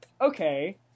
okay